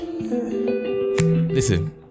Listen